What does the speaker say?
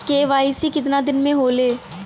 KYC कितना दिन में होले?